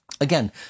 Again